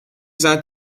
seiner